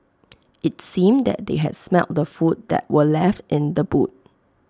IT seemed that they had smelt the food that were left in the boot